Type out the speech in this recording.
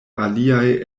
aliaj